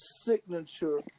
signature